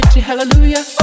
Hallelujah